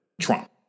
Trump